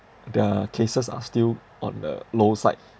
their cases are still on the low side